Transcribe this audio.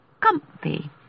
comfy